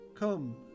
Come